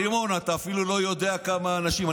סימון, אתה אפילו לא יודע כמה אנשים.